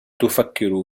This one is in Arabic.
تفكر